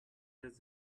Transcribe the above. his